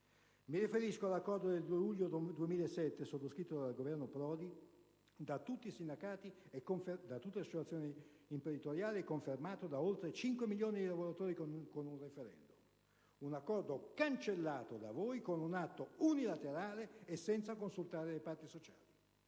Mi riferisco all'accordo del 2 luglio 2007, sottoscritto dal Governo Prodi, da tutti i sindacati, da tutte le associazioni imprenditoriali e confermato da oltre 5 milioni di lavoratori con un *referendum*. Un accordo cancellato da voi con un atto unilaterale, senza consultare le parti sociali.